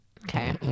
Okay